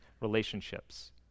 relationships